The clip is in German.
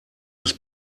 des